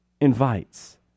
invites